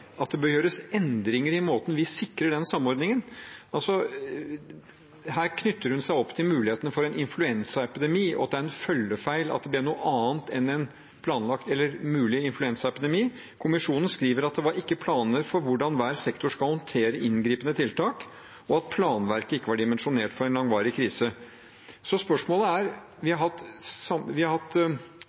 at det bør gjøres endringer i måten vi sikrer den samordningen på? Altså: Her knytter hun seg opp til mulighetene for en influensaepidemi, og at det er en følgefeil at det ble noe annet enn en mulig influensaepidemi. Kommisjonen skriver at det ikke var planer for hvordan hver sektor skal håndtere inngripende tiltak, og at planverket ikke var dimensjonert for en langvarig krise. Spørsmålet er: Vi har hatt forslag om beredskapselementer på Statsministerens kontor, vi har hatt